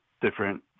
different